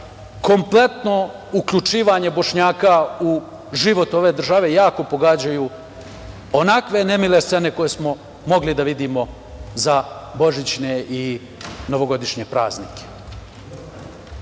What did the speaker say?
kompletno uključivanje Bošnjaka u život ove države jako pogađaju onakve nemile scene koje smo mogli da vidimo za Božićne i novogodišnje praznike. Praviti